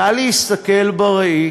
נא להסתכל בראי: